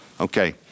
Okay